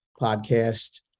podcast